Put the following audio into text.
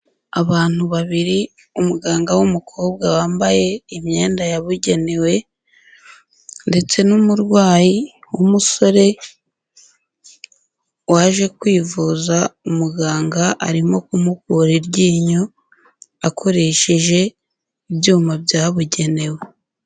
Abantu babiri umuganga w'umukobwa wambaye imyenda yabugenewe ndetse n'umurwayi w'umusore waje kwivuza, umuganga arimo kumukura iryinyo akoresheje ibyuma byabugenewe.